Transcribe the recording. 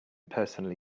personally